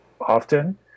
often